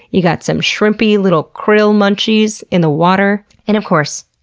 you got some shrimpy little krill munchies in the water, and of course,